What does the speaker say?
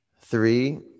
three